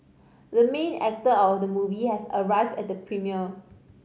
the main actor of the movie has arrived at the premiere